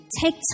Take